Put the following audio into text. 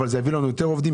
אבל זה יביא לנו יותר עובדים,